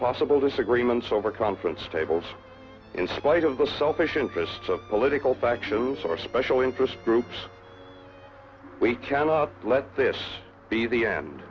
possible disagreements over conference tables in spite of the selfish interests of political factions or special interest groups we cannot let this be the end